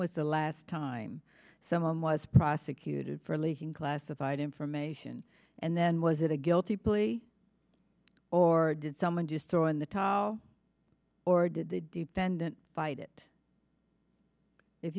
was the last time someone was prosecuted for leaking classified information and then was a guilty plea or did someone just throw in the towel or did the defendant fight it if